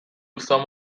some